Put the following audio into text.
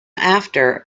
after